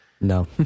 no